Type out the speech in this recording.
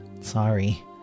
Sorry